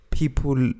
people